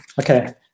Okay